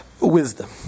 wisdom